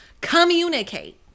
communicate